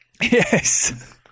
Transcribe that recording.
Yes